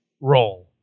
role